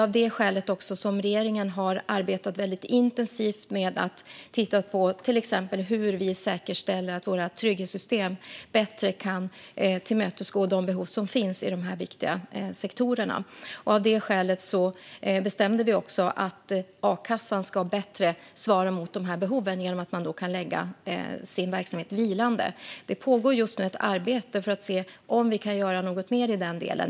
Av detta skäl har regeringen arbetat mycket intensivt med att titta på till exempel hur vi säkerställer att våra trygghetssystem bättre kan tillmötesgå de behov som finns i dessa viktiga sektorer. Därför bestämde vi också att a-kassan ska svara bättre mot dessa behov genom att man kan lägga sin verksamhet vilande. Det pågår just nu ett arbete för att se om vi kan göra något mer i denna del.